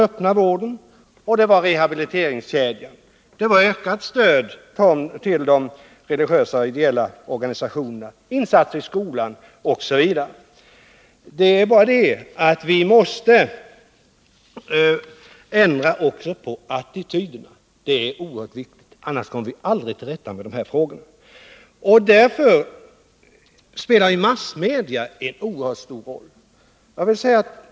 Vidare beslöt vi om åtgärder för att ge utbildning och möjlighet till arbete — ett viktigt led i rehabiliteringskedjan — ökat stöd till de religiösa och ideella organisationerna, insatser i skolan osv. Men vi måste också ändra attityderna. Det är oerhört viktigt. Om vi inte gör det kommer vi aldrig till rätta med de här problemen. Och där spelar massmedia en mycket stor roll.